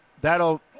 that'll